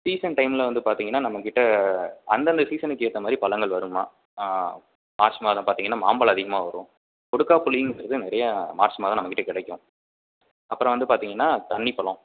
season டைமில் வந்து பார்த்தீங்கன்னா நம்ம கிட்டே அந்தந்த சீசனுக்கு ஏற்ற மாதிரி பழங்கள் வரும்மா மார்ச் மாதம் பார்த்தீங்கன்னா மாம்பழம் அதிகமாக வரும் கொடுக்காப்புளிங்றது நிறையா மார்ச் மாதம் நம்ம கிட்டே கிடைக்கும் அப்புறம் வந்து பார்த்தீங்கன்னா தண்ணி பழம்